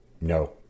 no